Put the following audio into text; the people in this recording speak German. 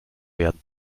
werden